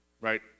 right